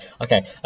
okay